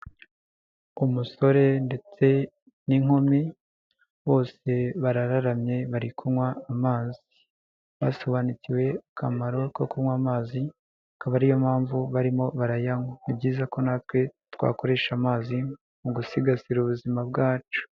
Umusore ndetse n'inkumi bose barararamye bari kunywa amazi, basobanukiwe akamaro ko kunywa amazi, akaba ari yo mpamvu barimo baraywa, nibyiza ko natwe twakoresha amazi mu gusigasira ubuzima bwacu.